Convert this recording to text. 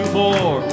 more